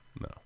no